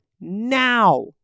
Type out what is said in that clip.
now